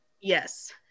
Yes